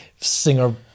singer